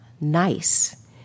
nice